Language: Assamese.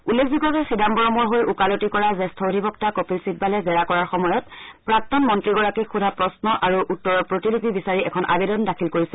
উল্লেখযোগ্য যে চিদাম্বৰমৰ হৈ ওকালতি কৰা জ্যেষ্ঠ অধিবক্তা কপিল চিববালে জেৰা কৰাৰ সময়ত প্ৰাক্তন মন্ত্ৰীগৰাকীক সোধা প্ৰশ্ন আৰু উত্তৰৰ প্ৰতিলিপি বিচাৰি এখন আবেদন দাখিল কৰিছে